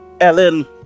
ellen